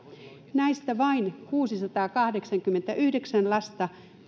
näistä vain kuusisataakahdeksankymmentäyhdeksän lasta